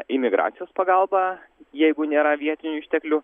imigracijos pagalba jeigu nėra vietinių išteklių